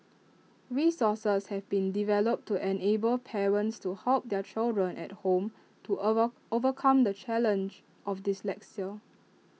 resources have been developed to enable parents to help their children at home to over overcome the challenge of dyslexia